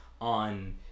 on